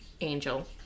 Angel